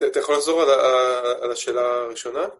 אתה יכול לחזור על השאלה הראשונה?